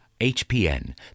HPN